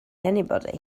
anybody